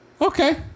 Okay